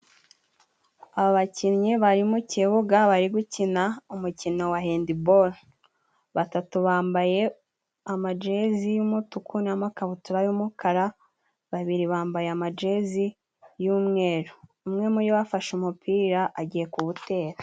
Abakinnyi bari mu kibuga bari gukina umukino wa hendibolo. Batatu bambaye amajezi y'umutuku n'amakabutura y'umukara, babiri bambaye amajezi y'umweru. Umwe muri bo afashe umupira agiye kuwutera.